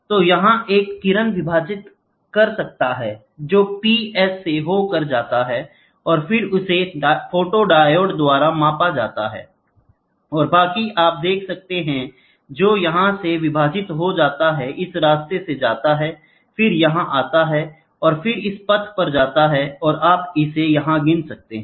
तो यहाँ एक किरण विभाजित कर रहा है जो P S से होकर जाता है और फिर इसे फोटोडायोड द्वारा मापा जाता है और बाकी आप देख सकते हैं जो यहाँ से विभाजित हो जाता है इस रास्ते से जाता है फिर यहाँ आता है और फिर इस पथ पर जाता है और आप इसे यहाँ गिना सकते है